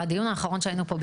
בדיון האחרון שהיינו פה,